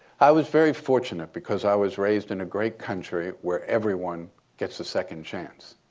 i was very fortunate because i was raised in a great country where everyone gets a second chance.